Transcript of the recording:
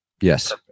Yes